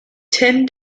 ten